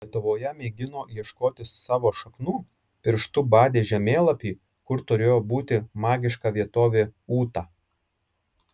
lietuvoje mėgino ieškoti savo šaknų pirštu badė žemėlapį kur turėjo būti magiška vietovė ūta